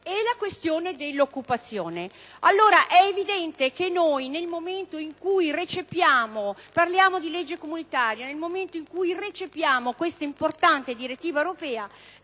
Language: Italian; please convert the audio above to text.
la questione dell'occupazione. Allora, è evidente che mentre discutiamo della legge comunitaria e nel momento in cui recepiamo questa importante direttiva europea